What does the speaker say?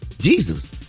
Jesus